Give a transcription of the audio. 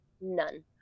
None